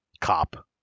cop